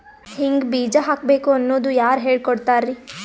ಹಿಂಗ್ ಬೀಜ ಹಾಕ್ಬೇಕು ಅನ್ನೋದು ಯಾರ್ ಹೇಳ್ಕೊಡ್ತಾರಿ?